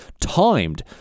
timed